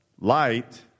light